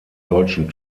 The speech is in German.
deutschen